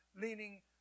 leaning